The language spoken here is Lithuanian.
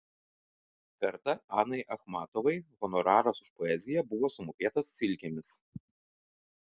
kartą anai achmatovai honoraras už poeziją buvo sumokėtas silkėmis